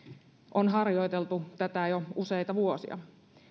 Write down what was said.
on harjoiteltu tätä jo useita vuosia